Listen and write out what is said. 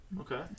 Okay